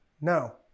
No